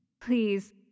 Please